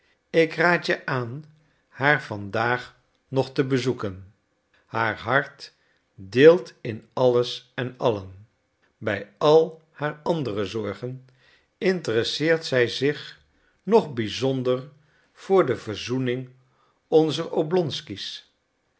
ik raad je aan haar vandaag nog te bezoeken haar hart deelt in alles en allen bij al haar andere zorgen interesseert zij zich nog bizonder voor de verzoening onzer